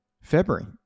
February